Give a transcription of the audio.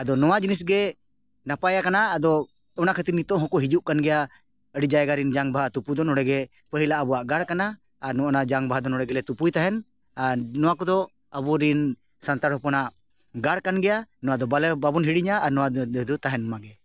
ᱟᱫᱚ ᱱᱚᱣᱟ ᱡᱤᱱᱤᱥ ᱜᱮ ᱱᱟᱯᱟᱭ ᱟᱠᱟᱱᱟ ᱟᱫᱚ ᱚᱱᱟ ᱠᱷᱟᱹᱛᱤᱨ ᱱᱤᱛᱳᱜ ᱦᱚᱸᱠᱚ ᱦᱤᱡᱩᱜ ᱠᱟᱱ ᱜᱮᱭᱟ ᱟᱹᱰᱤ ᱡᱟᱭᱜᱟ ᱨᱮᱱ ᱡᱟᱝ ᱵᱟᱦᱟ ᱛᱩᱯᱩ ᱫᱚ ᱱᱚᱸᱰᱮ ᱜᱮ ᱯᱟᱹᱦᱤᱞᱟᱜ ᱟᱵᱚᱣᱟᱜ ᱜᱟᱲ ᱠᱟᱱᱟ ᱟᱨ ᱱᱚᱜᱼᱚ ᱱᱚᱣᱟ ᱡᱟᱝ ᱵᱟᱦᱟ ᱫᱚ ᱱᱚᱸᱰᱮ ᱜᱮᱞᱮ ᱛᱩᱯᱩᱭ ᱛᱟᱦᱮᱱ ᱟᱨ ᱱᱚᱣᱟ ᱠᱚᱫᱚ ᱟᱵᱚᱨᱮᱱ ᱥᱟᱱᱛᱟᱲ ᱦᱚᱯᱚᱱᱟᱜ ᱜᱟᱲ ᱠᱟᱱ ᱜᱮᱭᱟ ᱱᱚᱣᱟ ᱫᱚ ᱵᱟᱞᱮ ᱵᱟᱵᱚᱱ ᱦᱤᱲᱤᱧᱟ ᱟᱨ ᱱᱚᱣᱟ ᱫᱤᱱ ᱫᱚ ᱛᱟᱦᱮᱱ ᱢᱟᱜᱮ